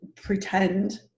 pretend